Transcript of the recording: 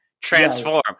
transform